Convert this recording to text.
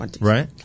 right